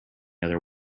other